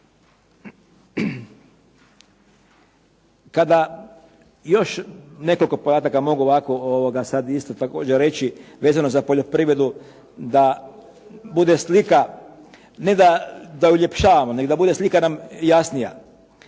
Kada još nekoliko podataka mogu reći vezano za poljoprivredu da bude slika, ne da uljepšavamo, nego da nam slika bude jasnija,